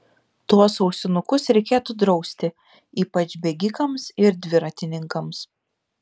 tuos ausinukus reikėtų drausti ypač bėgikams ir dviratininkams